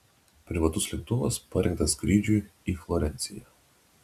privatus lėktuvas parengtas skrydžiui į florenciją